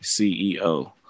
CEO